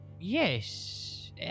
Yes